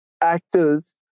actors